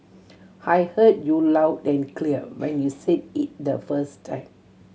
I heard you loud and clear when you said it the first time